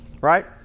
Right